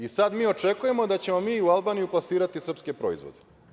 I sada mi očekujemo da ćemo mi u Albaniju plasirati srpske proizvode.